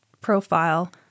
profile